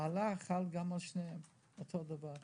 וההעלאה חלה על שניהם באותו אופן.